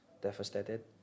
devastated